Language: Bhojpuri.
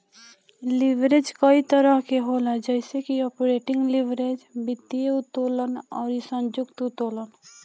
लीवरेज कई तरही के होला जइसे की आपरेटिंग लीवरेज, वित्तीय उत्तोलन अउरी संयुक्त उत्तोलन